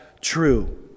true